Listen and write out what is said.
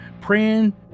praying